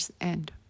end